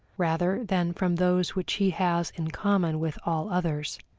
rather than from those which he has in common with all others.